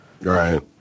Right